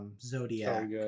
Zodiac